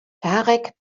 tarek